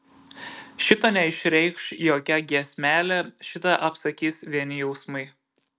šito neišreikš jokia giesmelė šitą apsakys vieni jausmai